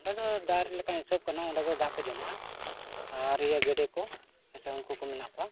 ᱚᱸᱰᱮ ᱫᱚ ᱫᱟᱨ ᱞᱮᱠᱟ ᱦᱤᱥᱟᱹᱵ ᱠᱟᱱᱟ ᱚᱸᱰᱮ ᱫᱚ ᱫᱟ ᱠᱚ ᱡᱚᱢᱟ ᱟᱨ ᱤᱭᱟᱹ ᱜᱮᱰᱮ ᱠᱚ ᱩᱱᱠᱩ ᱠᱚ ᱢᱮᱱᱟᱜ ᱠᱚᱣᱟ